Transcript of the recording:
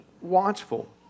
watchful